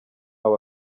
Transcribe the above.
aba